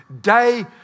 day